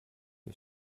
you